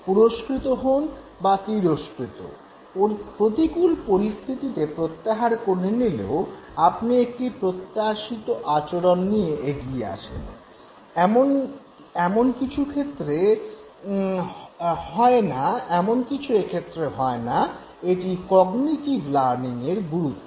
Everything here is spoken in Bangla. পুরস্কৃত হোন বা তিরস্কৃত প্রতিকূল পরিস্থিতিতে প্রত্যাহার করে নিলেও আপনি একটি প্রত্যাশিত আচরণ নিয়ে এগিয়ে আসেন - এমন কিছু এক্ষেত্রে হয় না - এটি কগনিটিভ লার্নিং এর গুরুত্ব